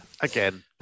Again